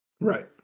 Right